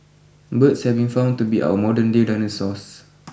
Birds have been found to be our modern day dinosaurs